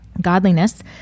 godliness